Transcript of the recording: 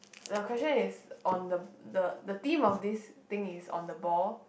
the question is on the the the theme of this thing is on the ball